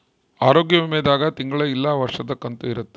ಆರೋಗ್ಯ ವಿಮೆ ದಾಗ ತಿಂಗಳ ಇಲ್ಲ ವರ್ಷದ ಕಂತು ಇರುತ್ತ